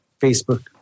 Facebook